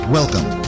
Welcome